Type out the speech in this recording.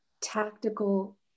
tactical